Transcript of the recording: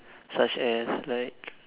such as like